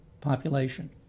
population